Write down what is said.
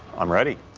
i'm ready.